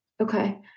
okay